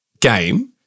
game